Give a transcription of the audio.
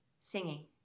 singing